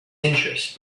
interest